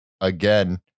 again